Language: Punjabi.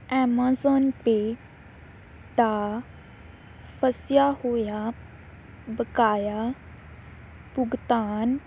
ਐਮਾਜ਼ਾਨ ਪੇ ਦਾ ਫਸਿਆ ਹੋਇਆ ਬਕਾਇਆ ਭੁਗਤਾਨ